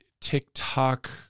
TikTok